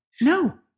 No